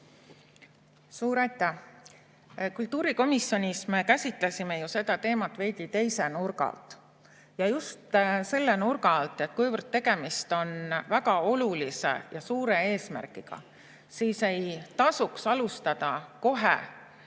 Suur aitäh! Kultuurikomisjonis me käsitlesime seda teemat veidi teise nurga alt ja just selle nurga alt, et kuivõrd tegemist on väga olulise ja suure eesmärgiga, siis ei tasuks alustada kohe